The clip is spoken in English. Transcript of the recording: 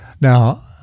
Now-